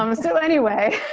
um so anyway.